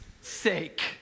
sake